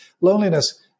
loneliness